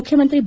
ಮುಖ್ಯಮಂತ್ರಿ ಬಿ